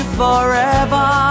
forever